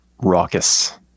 raucous